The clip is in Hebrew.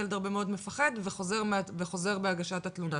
ילד הרבה מאוד מפחד וחוזר מהגשת התלונה.